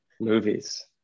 Movies